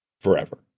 forever